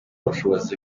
ubushobozi